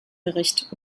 bericht